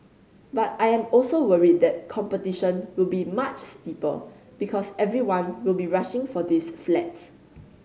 but I am also worried that competition will be much steeper because everyone will be rushing for these flats